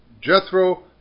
Jethro